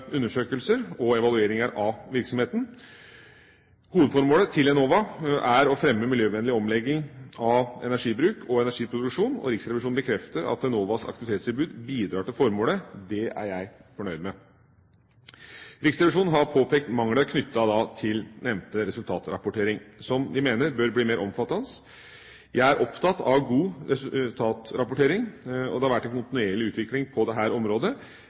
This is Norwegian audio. undersøkelser og evalueringer av virksomheten. Hovedformålet til Enova er å fremme miljøvennlig omlegging av energibruk og energiproduksjon, og Riksrevisjonen bekrefter at Enovas aktivitetstilbud bidrar til formålet. Det er jeg fornøyd med. Riksrevisjonen har påpekt mangler knyttet til nevnte resultatrapportering, som de mener bør bli mer omfattende. Jeg er opptatt av god resultatrapportering, og det har vært en kontinuerlig utvikling på dette området.